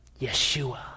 Yeshua